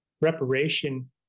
reparation